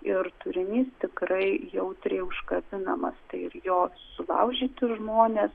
ir turinys tikrai jautriai užkabinamas tai ir jo sulaužyti žmonės